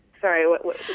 Sorry